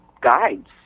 guides